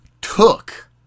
took